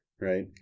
right